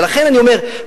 ולכן אני אומר,